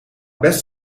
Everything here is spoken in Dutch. best